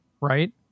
right